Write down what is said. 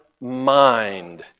mind